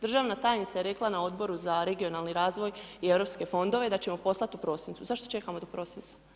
Državna tajnica je rekla na Odboru za regionalni razvoj i europske fondove, da ćemo poslati u prosincu, zašto čekamo do prosinca?